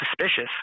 suspicious